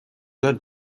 good